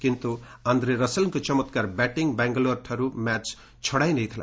କିନ୍ତୁ ଆନ୍ଦ୍ରେ ରସେଲ୍ଙ୍କ ଚମତ୍କାର ବ୍ୟାଟିଂ ବାଙ୍ଗାଲୋରଠାରୁ ମ୍ୟାଚ୍ ଛଡ଼ାଇ ନେଇଥିଲା